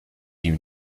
you